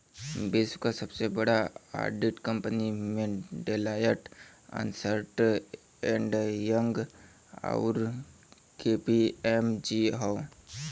विश्व क सबसे बड़ा ऑडिट कंपनी में डेलॉयट, अन्सर्ट एंड यंग, आउर के.पी.एम.जी हौ